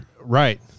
Right